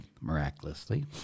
miraculously